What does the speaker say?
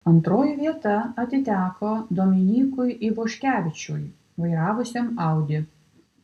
antroji vieta atiteko dominykui ivoškevičiui vairavusiam audi